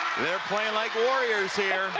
they're playing like warriors here.